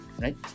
right